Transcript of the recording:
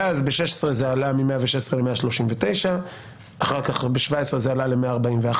ב-2016 זה עלה ל-139; ב-2017 זה עלה ל-141,